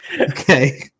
Okay